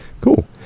Cool